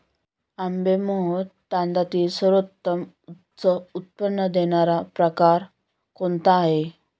आंबेमोहोर तांदळातील सर्वोत्तम उच्च उत्पन्न देणारा प्रकार कोणता आहे?